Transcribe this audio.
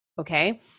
Okay